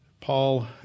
Paul